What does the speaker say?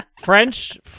French